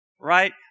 right